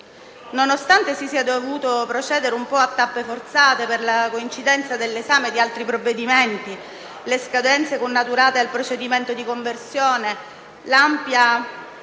Nonostante si sia dovuto procedere un po' a tappe forzate, per la coincidenza dell'esame di altri provvedimenti, le scadenze connaturate al procedimento di conversione e l'ampia